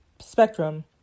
spectrum